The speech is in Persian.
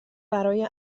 برای